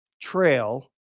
trail